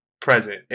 present